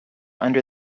under